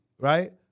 right-